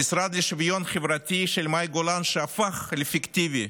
המשרד לשוויון חברתי של מאי גולן, שהפך לפיקטיבי,